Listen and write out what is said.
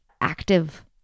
active